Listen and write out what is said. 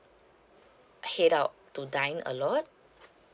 head out to dine a lot